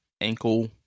ankle